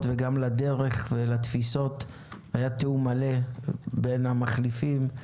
ולדרך ולתפיסות היה תיאום מלא בין המחליפים.